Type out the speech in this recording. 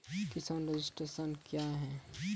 किसान रजिस्ट्रेशन क्या हैं?